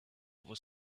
was